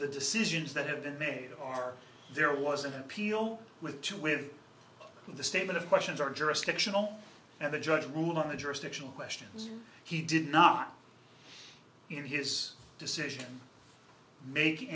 the decisions that have been made are there was an appeal with you with the statement of questions are jurisdictional and the judge ruled on the jurisdictional question he did not give his decision making